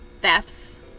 thefts